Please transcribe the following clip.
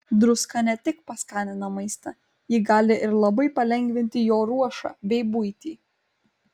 druska ne tik paskanina maistą ji gali ir labai palengvinti jo ruošą bei buitį